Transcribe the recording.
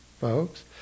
folks